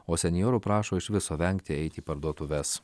o senjorų prašo iš viso vengti eiti į parduotuves